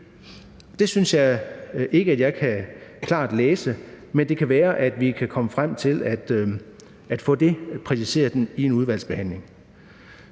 Det synes jeg ikke at jeg klart kan læse, men det kan være, vi kan komme frem til at få det præciseret i udvalgsbehandlingen.